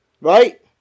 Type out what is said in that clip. Right